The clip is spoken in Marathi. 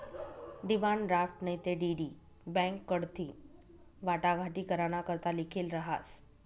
डिमांड ड्राफ्ट नैते डी.डी बॅक कडथीन वाटाघाटी कराना करता लिखेल रहास